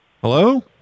Hello